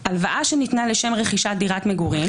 "(1) הלוואה שניתנה לשם רכישת דירת מגורים,